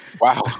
Wow